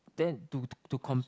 then to to com